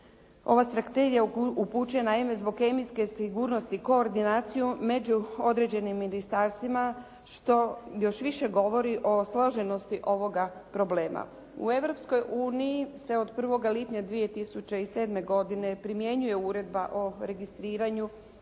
se ne razumije./… zbog kemijske sigurnosti koordinaciju među određenim ministarstvima što još više govori o složenosti ovoga problema. U Europskoj uniji se od 1. lipnja 2007. godine primjenjuje Uredba o registriranju,